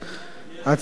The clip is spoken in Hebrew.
הצעת חוק